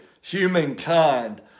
humankind